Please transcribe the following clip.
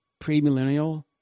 premillennial